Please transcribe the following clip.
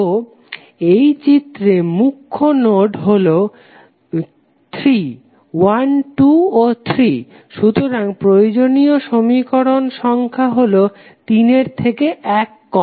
তো এই চিত্রে মুখ্য নোড হলো 3 1 2 ও 3 সুতরাং প্রয়োজনীয় সমীকরণ সংখ্যা হলো তিনের থেকে এক কম